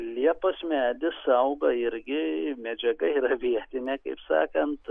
liepos medis auga irgi medžiaga yra vietinė kaip sakant